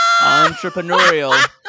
Entrepreneurial